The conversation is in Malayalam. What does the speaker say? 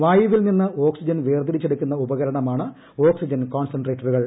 വായുവിൽ നിന്ന് ഓക്സിജൻ വേർതിരിച്ചെടുക്കുന്ന ഉപകരണമാണ് ഓക്സിജൻ കോൺസൺട്രേറ്ററുകൾ